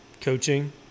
coaching